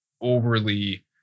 overly